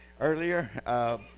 Earlier